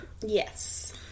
Yes